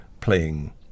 playing